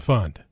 Fund